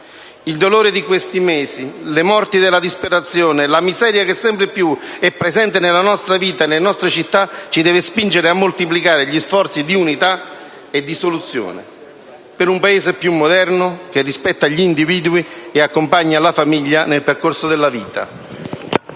Il dolore di questi mesi, le morti della disperazione, la miseria che sempre di più è presente nella nostra vita e nelle nostre città ci deve spingere a moltiplicare gli sforzi di unità e di soluzione, per un Paese più moderno che rispetta gli individui e accompagna la famiglia nel percorso della vita.